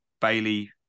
Bailey